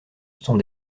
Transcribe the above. sont